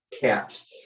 cat's